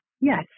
Yes